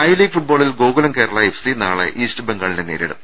I League ഫുട്ബോളിൽ Gokulam Kerala F C നാളെ East ബംഗാളിനെ നേരിടും